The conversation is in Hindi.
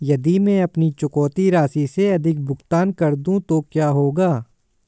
यदि मैं अपनी चुकौती राशि से अधिक भुगतान कर दूं तो क्या होगा?